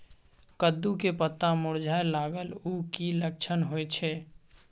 कद्दू के पत्ता मुरझाय लागल उ कि लक्षण होय छै?